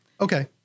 Okay